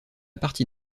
partie